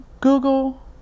Google